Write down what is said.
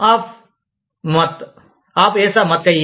ఆప్ మాట్ ఆప్ యేసా మాట్ కహియే